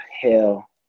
hell